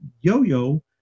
Yo-Yo